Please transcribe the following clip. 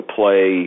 play